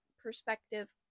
perspective